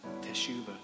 Teshuvah